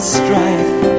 strife